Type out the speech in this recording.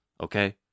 Okay